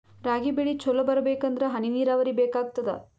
ರಾಗಿ ಬೆಳಿ ಚಲೋ ಬರಬೇಕಂದರ ಹನಿ ನೀರಾವರಿ ಬೇಕಾಗತದ?